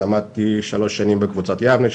למדתי שלוש שנים בקבוצת יבנה,